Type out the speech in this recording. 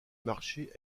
marché